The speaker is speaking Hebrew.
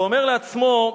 ואומר לעצמו: